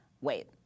Wait